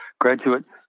graduates